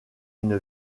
une